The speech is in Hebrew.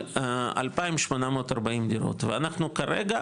על 2,840 דירות ואנחנו כרגע,